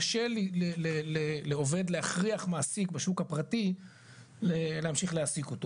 קשה לעובד להכריח מעסיק בשוק הפרטי להמשיך להעסיק אותו.